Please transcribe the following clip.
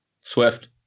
Swift